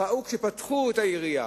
ראה שכשפתחו את הישיבה